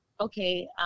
Okay